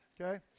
Okay